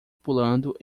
pulando